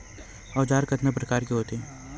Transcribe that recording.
औजार कतना प्रकार के होथे?